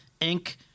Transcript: Inc